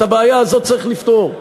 את הבעיה הזאת צריך לפתור.